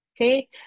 okay